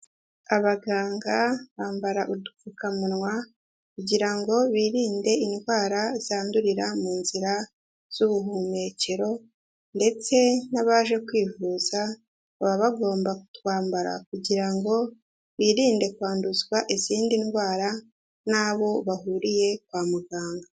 Abaganga bambara udupfukamunwa kugirango birinde indwara zandurira mu nzira z'ubuhumekero, ndetse n'abaje kwivuza baba bagomba kutwambara kugirango birinde kwanduzwa izindi ndwara n'abo bahuriye kwa muganga.